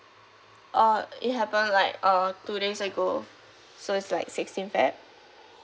uh it happened like uh two days ago so it's like sixteen feb